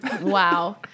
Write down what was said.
Wow